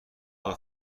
خوبه